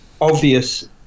obvious